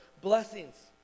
blessings